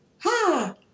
Ha